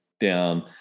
down